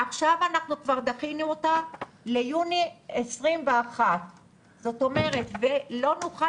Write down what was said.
עכשיו אנחנו כבר דחינו אותה ליוני 2021 ולא נוכל